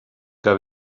que